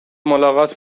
ملاقات